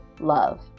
love